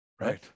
right